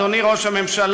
אדוני ראש הממשלה: